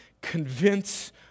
convince